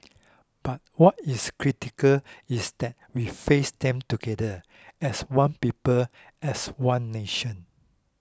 but what is critical is that we face them together as one people as one nation